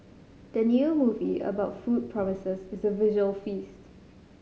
the new movie about food promises is a visual feast